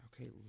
okay